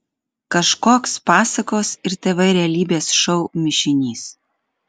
kažkoks pasakos ir tv realybės šou mišinys